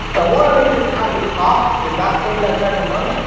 if i want to make this outfit pop without paying that type of money,